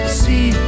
see